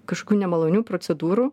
kažkokių nemalonių procedūrų